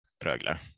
Rögle